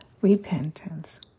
repentance